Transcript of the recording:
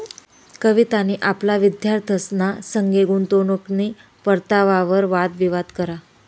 कवितानी आपला विद्यार्थ्यंसना संगे गुंतवणूकनी परतावावर वाद विवाद करा